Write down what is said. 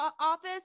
office